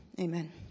Amen